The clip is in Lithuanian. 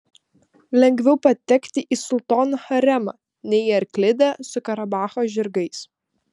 lengviau patekti į sultono haremą nei į arklidę su karabacho žirgais